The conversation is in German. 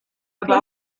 aber